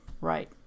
Right